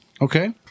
Okay